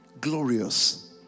Glorious